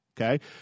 okay